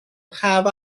have